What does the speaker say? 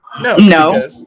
No